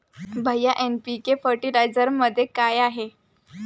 भैय्या एन.पी.के फर्टिलायझरमध्ये काय आहे?